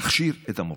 תכשיר את המורים.